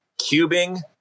Cubing